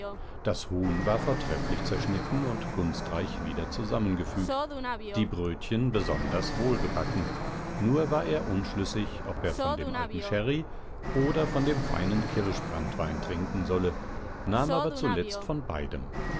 das huhn war vortrefflich zerschnitten und kunstreich wieder zusammengefügt die brötchen besonders wohlgebacken nur war er unschlüssig ob er von dem alten sherry oder von dem feinen kirschbranntwein trinken solle nahm aber zuletzt von beidem